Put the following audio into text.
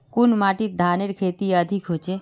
कुन माटित धानेर खेती अधिक होचे?